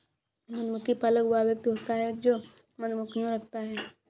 मधुमक्खी पालक वह व्यक्ति होता है जो मधुमक्खियां रखता है